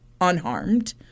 unharmed